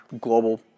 global